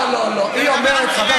אתה מדבר על מחירי